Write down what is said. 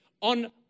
on